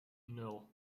nul